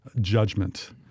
judgment